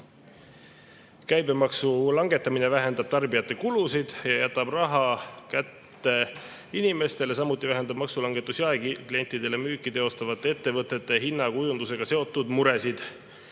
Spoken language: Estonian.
Käibemaksu langetamine vähendab tarbijate kulusid ja jätab inimestele raha kätte. Samuti vähendab maksulangetus jaeklientidele müüki teostavate ettevõtete hinnakujundusega seotud muresid.